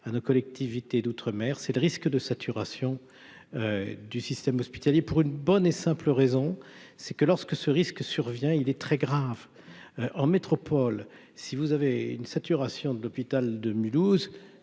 à nos collectivités d'outre-mer, c'est le risque de saturation du système hospitalier pour une bonne et simple raison, c'est que lorsque ce risque survient, il est très grave, en métropole, si vous avez une saturation de l'hôpital de Mulhouse,